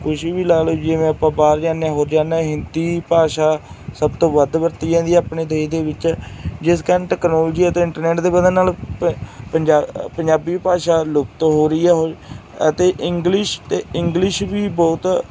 ਕੁਛ ਵੀ ਲਾ ਲਓ ਜਿਵੇਂ ਆਪਾਂ ਬਾਹਰ ਜਾਂਦੇ ਹਾਂ ਹੋਰ ਜਾਂਦੇ ਹਿੰਦੀ ਭਾਸ਼ਾ ਸਭ ਤੋਂ ਵੱਧ ਵਰਤੀ ਜਾਂਦੀ ਆਪਣੇ ਦੇਸ਼ ਦੇ ਵਿੱਚ ਜਿਸ ਕਾਰਨ ਟੈਕਨੋਲੋਜੀ ਅਤੇ ਇੰਟਰਨੈਟ ਦੇ ਵਧਣ ਨਾਲ ਪ ਪੰਜਾਬੀ ਪੰਜਾਬੀ ਭਾਸ਼ਾ ਲੁਪਤ ਤੋਂ ਹੋ ਰਹੀ ਹੈ ਉਹ ਅਤੇ ਇੰਗਲਿਸ਼ ਅਤੇ ਇੰਗਲਿਸ਼ ਵੀ ਬਹੁਤ